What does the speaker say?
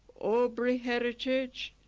aubrey heritage,